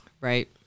Right